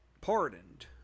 pardoned